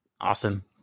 Awesome